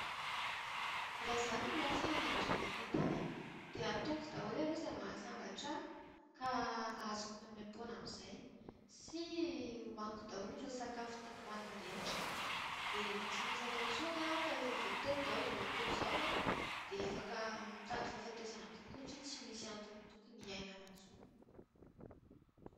Raha izaho no olona farany indrindra eto an-tany dia ataoko daholo aloha izay mahasambatra ahy ka azoko maimaim-poana amin'izay. Sy hohaniko daholo ireo sakafo tiako ho hanina rehetra. Dia rehefa tsy misy atao intsony an, fa efa voatety daholo izao tontolo izao dia afaka mitady fahafatesana amin'izay satria tsy misy antony tokony hiainana intsony.